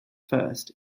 first